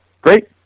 Great